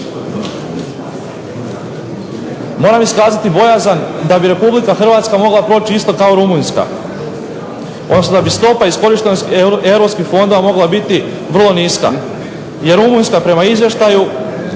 Moram iskazati bojazan da bi Republika Hrvatska mogla proći isto kao Rumunjska, odnosno da bi stopa iskorištenosti Europskih fondova mogla biti vrlo niska. Jer Rumunjska prema izvještaju,